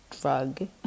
drug